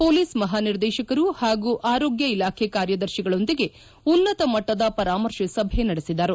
police ಮಹಾನಿರ್ದೇತಕರು ಮತ್ತು ಆರೋಗ್ಯ ಇಲಾಖೆ ಕಾರ್ಯದರ್ತಿಗಳೊಂದಿಗೆ ಉನ್ನತ ಮಟ್ಟದ ಪರಾಮರ್ಶೆ ಸಭೆ ನಡೆಸಿದರು